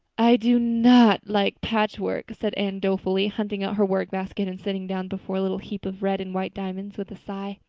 i do not like patchwork said anne dolefully, hunting out her workbasket and sitting down before a little heap of red and white diamonds with a sigh.